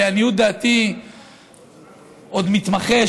לעניות דעתי עוד מתמחה,